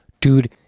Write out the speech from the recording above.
dude